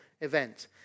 event